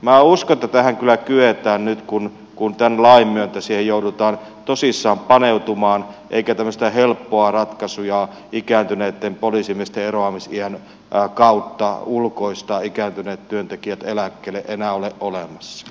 minä uskon että tähän kyllä kyetään nyt kun tämän lain myötä siihen joudutaan tosissaan paneutumaan eikä tämmöisiä helppoja ratkaisuja ikääntyneitten poliisimiesten eroamisiän kautta ulkoistaa ikääntyneet työntekijät eläkkeelle enää ole olemassa